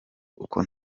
kuko